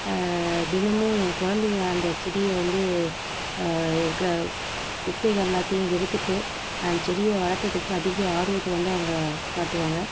தினமும் என் கொழந்தைங்க அந்த செடியை வந்து இருக்கிற குப்பைகள் எல்லாத்தையும் எடுத்துட்டு செடியை வளர்த்ததுக்கு அதிக ஆர்வத்தை வந்து அவங்க காட்டுவாங்க